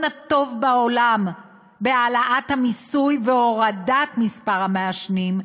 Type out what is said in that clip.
הטוב בעולם בהעלאת המיסוי והורדת מספר המעשנים,